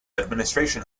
administration